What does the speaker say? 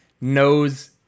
knows